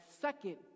second